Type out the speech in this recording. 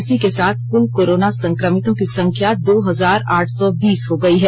इसी के साथ कुल कोरोना संक्रमितों की संख्या दो हजार आठ सौ बीस हो गई है